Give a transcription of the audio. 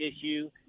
issue